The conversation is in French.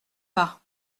pas